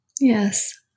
Yes